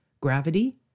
gravity